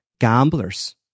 gamblers